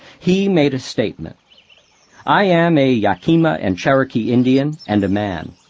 he made a statement i am a yakima and cherokee indian, and a man.